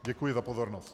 Děkuji za pozornost.